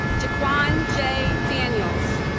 jaquon j. daniels